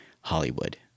Hollywood